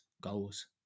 goals